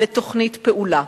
לתוכנית פעולה.